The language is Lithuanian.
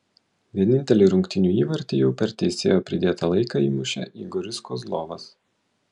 vienintelį rungtynių įvartį jau per teisėjo pridėtą laiką įmušė igoris kozlovas